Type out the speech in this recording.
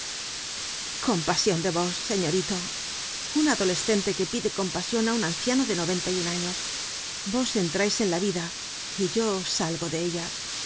inclinado compasion de vos señorito un adolescente que pide compasion á un anciano de noventa y un años vos entrais en la vida y yo salgo de ella